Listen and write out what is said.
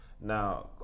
Now